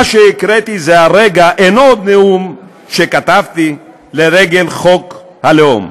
מה שהקראתי זה הרגע אינו עוד נאום שכתבתי לרגל חוק הלאום.